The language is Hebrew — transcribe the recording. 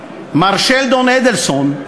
מר שלדון אדלסון,